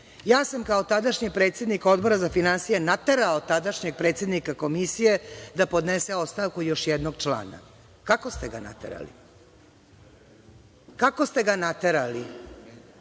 Ja sam kao tadašnji predsednik Odbora za finansije naterao tadašnjeg predsednika Komisije da podnese ostavku i još jednog člana“. Kako ste ga naterali? Prste u šrafštok,